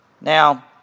Now